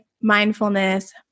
mindfulness